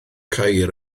ceir